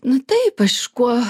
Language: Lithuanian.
nu taip aš kuo